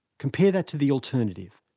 compare that to the alternative.